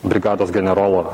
brigados generolo